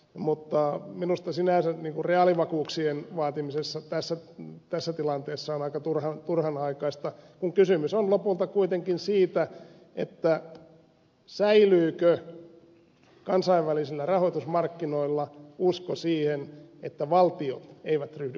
mutta minusta sinänsä reaalivakuuksien vaatiminen tässä tilanteessa on aika turhanaikaista kun kysymys on lopulta kuitenkin siitä säilyykö kansainvälisillä rahoitusmarkkinoilla usko siihen että valtiot eivät ryhdy kaatumaan